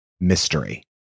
mystery